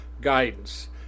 guidance